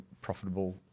profitable